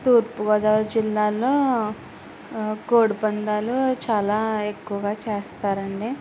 తూర్పు గోదావరి జిల్లాల్లో కోడి పందాలు చాలా ఎక్కువగా చేస్తారండి